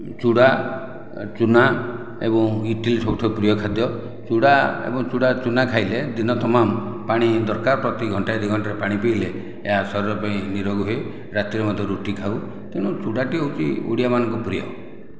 ଚୁଡ଼ା ଚୁନା ଏବଂ ଇଡ଼ଲି ସବୁଠାରୁ ପ୍ରିୟ ଖାଦ୍ୟ ଚୁଡ଼ା ଏବଂ ଚୁଡ଼ା ଚୁନା ଖାଇଲେ ଦିନ ତମାମ ପାଣି ଦରକାର ପ୍ରତି ଘଣ୍ଟାଏ ଦି ଘଣ୍ଟାରେ ପାଣି ପିଇଲେ ଏହା ଶରୀର ପାଇଁ ନିରୋଗ ହୁଏ ରାତିରେ ମଧ୍ୟ ରୁଟି ଖାଉ ତେଣୁ ଚୁଡ଼ାଟି ହେଉଛି ଓଡ଼ିଆ ମାନଙ୍କ ପ୍ରିୟ